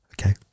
Okay